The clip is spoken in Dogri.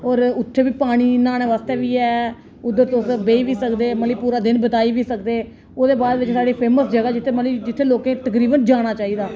होर उत्थें बी पानी न्हाने बास्तै बी ऐ उद्धर तुस बेही बी सकदे मतलब पूरा दिन तुस बिताई बी सकदे ओह्दे बाद बिच्च साढ़ी फेमस जगह जित्थें मतलब कि जित्थें लोकें तकरीबन जाना चाहिदा